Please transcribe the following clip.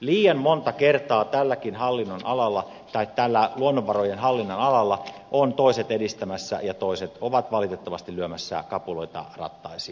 liian monta kertaa tällä luonnonvarojen hallinnan alalla ovat toiset edistämässä ja toiset ovat valitettavasti lyömässä kapuloita rattaisiin